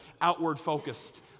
outward-focused